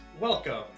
welcome